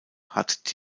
hat